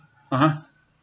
(uh huh)